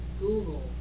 Google